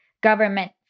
government